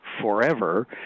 forever